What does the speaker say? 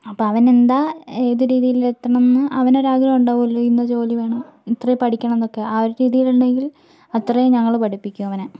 അപ്പോൾ അവനെന്താണ് ഏത് രീതിയിൽ എത്തണം എന്ന് അവനൊരു ആഗ്രഹം ഉണ്ടാകുമല്ലോ ഇന്ന ജോലി വേണം ഇത്രയും പഠിക്കണം എന്നൊക്കെ ആ ഒരു രീതിയൽ ഉണ്ടെങ്കിൽ അത്രയും ഞങ്ങൾ പഠിപ്പിക്കും അവനെ